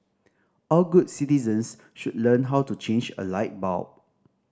all good citizens should learn how to change a light bulb